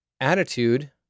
attitude